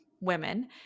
women